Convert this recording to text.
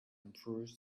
improves